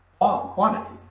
quantity